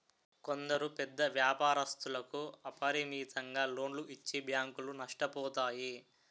కొందరు పెద్ద వ్యాపారస్తులకు అపరిమితంగా లోన్లు ఇచ్చి బ్యాంకులు నష్టపోతాయి